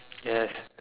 yes